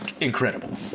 incredible